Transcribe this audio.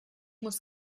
muss